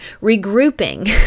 regrouping